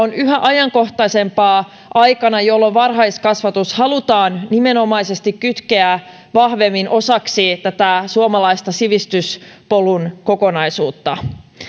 se on yhä ajankohtaisempaa aikana jolloin varhaiskasvatus halutaan nimenomaisesti kytkeä vahvemmin osaksi tätä suomalaista sivistyspolun kokonaisuutta